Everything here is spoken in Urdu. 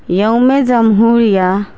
یوم جمہوریہ